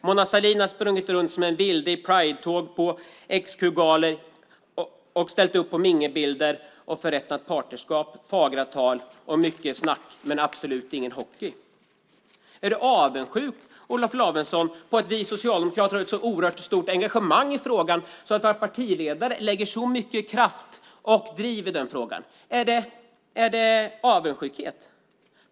Mona Sahlin har sprungit runt som en vilde i Pridetåg och på QX-galor och ställt upp på mingelbilder och förrättat partnerskap. Fagra tal, mycket snack, men absolut ingen hockey. Är du avundsjuk, Olof Lavesson, på att vi socialdemokrater har ett så oerhört stort engagemang i frågan att vår partiledare lägger så mycket kraft på frågan och driver den? Är det avundsjuka?